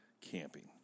camping